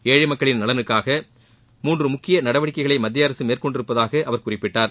ஏழை மக்களின் நலனுக்காக மூன்று முக்கிய நடவடிக்கைகளை மத்திய அரசு மேற்கொண்டிருப்பதாக அவர் குறிப்பிட்டார்